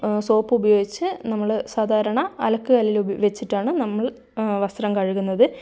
soap ഉപയോഗിച്ച് നമ്മൾ സാധാരണ അലക്ക് കല്ലിൽ വച്ചിട്ടാണ് നമ്മൾ വസ്ത്രം കഴുകുന്നത്